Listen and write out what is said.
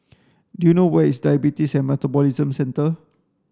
do you know where is Diabetes and Metabolism Centre